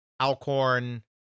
Alcorn